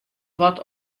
wat